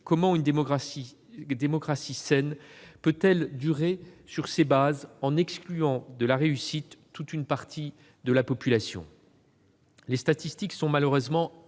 comment une démocratie saine peut-elle durer sur ces bases, en excluant de la réussite toute une partie de la population ? Les statistiques sont malheureusement assez